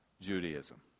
Judaism